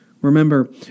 Remember